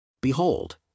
Behold